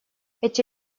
эти